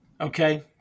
Okay